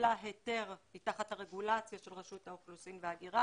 שקיבלה היתר מתחת הרגולציה של רשות האוכלוסין וההגירה.